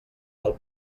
del